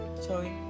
sorry